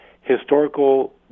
historical